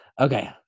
Okay